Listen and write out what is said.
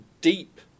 deep